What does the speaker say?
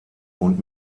und